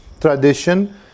tradition